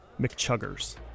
McChuggers